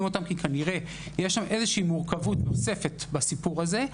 אותן כי כנראה יש שם מורכבות נוספת בסיפור הזה.